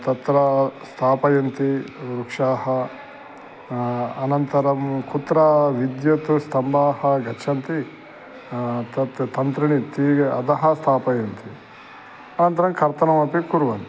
तत्र स्थापयन्ति वृक्षाः अनन्तरं कुत्र विद्युत् स्तम्भाः गच्छन्ति तत् तन्त्रीणी तीय अधः स्थापयन्ति अनन्तरं कर्तनम् अपि कुर्वन्ति